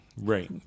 Right